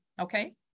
okay